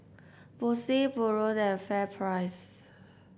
Bose Pureen and FairPrice